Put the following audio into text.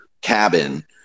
cabin